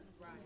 Right